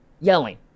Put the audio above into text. Yelling